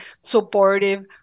supportive